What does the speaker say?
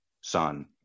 son